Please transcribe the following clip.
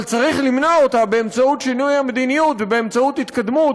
אבל צריך למנוע אותה באמצעות שינוי המדיניות ובאמצעות התקדמות